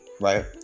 Right